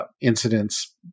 incidents